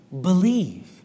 believe